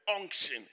unction